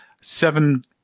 Seven